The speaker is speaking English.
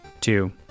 two